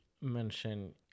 mention